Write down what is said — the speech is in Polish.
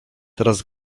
teraz